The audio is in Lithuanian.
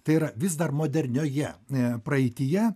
tai yra vis dar modernioje praeityje